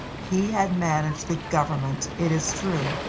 he had managed the government, it is true,